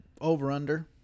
over-under